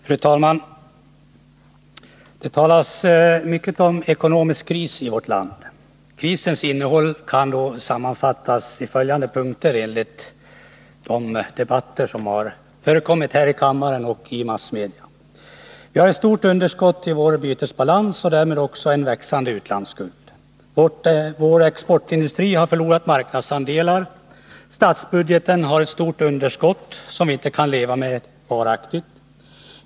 Fru talman! Det talas mycket om ekonomisk kris i vårt land. Krisens innehåll kan sammanfattas i följande punkter, enligt de debatter som har förekommit här i kammaren och i massmedierna: Vi har ett stort underskott i vår bytesbalans och därmed också en växande utlandsskuld. Vår exportindustri har förlorat marknadsandelar. Statsbudgeten har ett stort underskott, som vi inte kan leva med varaktigt.